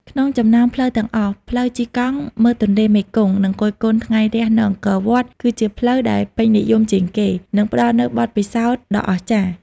ក្នុងចំណោមផ្លូវទាំងអស់ ផ្លូវជិះកង់មើលទន្លេមេគង្គ និងគយគន់ថ្ងៃរះនៅអង្គរវត្ត គឺជាផ្លូវដែលពេញនិយមជាងគេ និងផ្ដល់ជូននូវបទពិសោធន៍ដ៏អស្ចារ្យ។